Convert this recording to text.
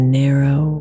narrow